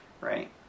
right